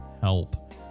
help